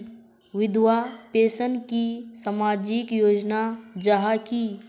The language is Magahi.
विधवा पेंशन की सामाजिक योजना जाहा की?